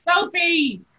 Sophie